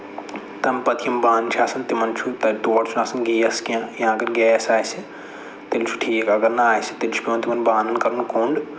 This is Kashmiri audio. تَمہِ پَتہٕ یِم بانہٕ چھِ آسان تِمَن چھُ تَتہٕ تور چھُنہٕ آسان گیس کیٚنٛہہ یا اَگر گیس آسہِ تیٚلہِ چھُ ٹھیٖک اَگر نہٕ آسہِ تیٚلہِ چھُ پٮ۪وان تِمَن بانَن کَرُن کوٚنٛڈ